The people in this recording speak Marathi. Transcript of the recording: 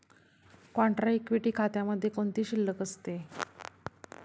कॉन्ट्रा इक्विटी खात्यामध्ये कोणती शिल्लक असते?